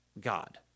God